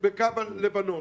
ובקו הלבנון?